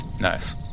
Nice